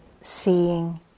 seeing